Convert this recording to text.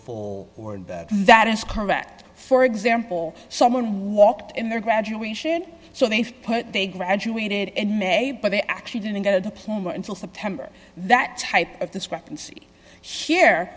willful word that that is correct for example someone walked in their graduation so they've put they graduated in may but they actually didn't get a diploma until september that type of discrepancy